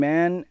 Man